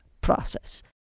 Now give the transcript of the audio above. process